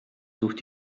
sucht